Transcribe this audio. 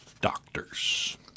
doctors